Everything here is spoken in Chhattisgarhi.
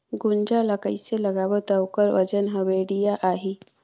गुनजा ला कइसे लगाबो ता ओकर वजन हर बेडिया आही?